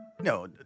No